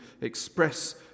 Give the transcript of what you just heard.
express